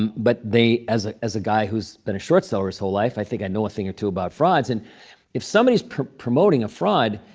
but they as a as a guy who's been a short seller his whole life, i think i know a thing or two about frauds. and if somebody's promoting a fraud,